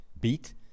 beat